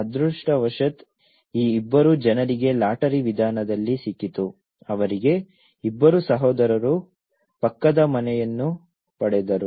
ಅದೃಷ್ಟವಶಾತ್ ಈ ಇಬ್ಬರು ಜನರಿಗೆ ಲಾಟರಿ ವಿಧಾನದಲ್ಲಿ ಸಿಕ್ಕಿತು ಅವರಿಗೆ ಇಬ್ಬರು ಸಹೋದರರು ಪಕ್ಕದ ಮನೆಯನ್ನು ಪಡೆದರು